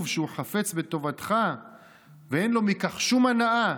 שהוא חפץ בטובתך ואין לו מכך שום הנאה,